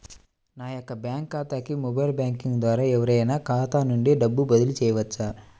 నా యొక్క బ్యాంక్ ఖాతాకి మొబైల్ బ్యాంకింగ్ ద్వారా ఎవరైనా ఖాతా నుండి డబ్బు బదిలీ చేయవచ్చా?